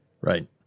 right